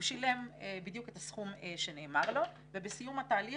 הוא שילם בדיוק את הסכום שנאמר לו ובסיום התהליך